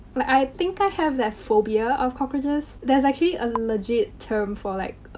i think i have that phobia of cockroaches. there's actually a legit term for, like,